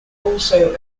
also